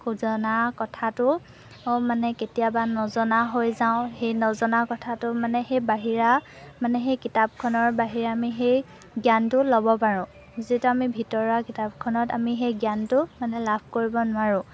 জনা কথাটো মানে কেতিয়াবা নজনা হৈ যাওঁ সেই নজনা কথাটো মানে সেই বাহিৰা মানে সেই কিতাপখনৰ বাহিৰে আমি সেই জ্ঞানটো ল'ব পাৰোঁ যিহেতু আমি ভিতৰুৱা কিতাপখনত আমি সেই জ্ঞানটো মানে লাভ কৰিব নোৱাৰোঁ